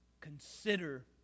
Consider